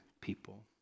people